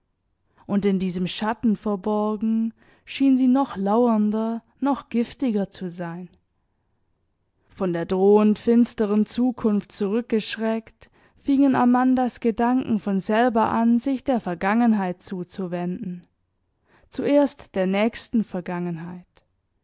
und in diesem schatten verborgen schien sie noch lauernder noch giftiger zu sein von der drohend finsteren zukunft zurückgeschreckt fingen amandas gedanken von selber an sich der vergangenheit zuzuwenden zuerst der nächsten vergangenheit